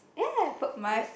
ya